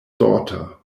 daughter